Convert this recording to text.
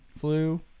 flu